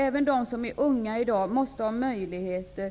Även de som är unga i dag måste ha möjlighet till